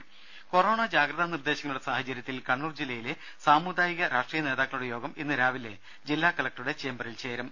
രുര കൊറോണ ജാഗ്രതാ നിർദേശങ്ങളുടെ സാഹചര്യത്തിൽ കണ്ണൂർ ജില്ലയിലെ സാമുദായിക രാഷ്ട്രീയ നേതാക്കളുടെ യോഗം ഇന്ന് രാവിലെ ജില്ലാ കലക്ടറുടെ ചേംബറിൽ ചേരും